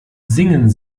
singen